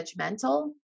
judgmental